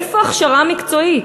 איפה הכשרה מקצועית?